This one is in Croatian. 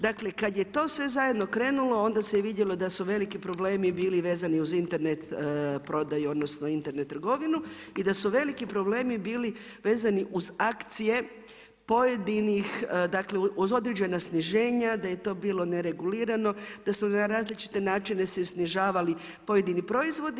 Dakle, kad je to sve zajedno krenulo onda se vidjelo da su veliki problemi bili vezani uz Internet prodaju, odnosno Internet trgovinu i da su veliki problemi bili vezani uz akcije pojedinih, dakle uz određena sniženja da je to bilo neregulirano, da su na različite načine se snižavali pojedini proizvodi.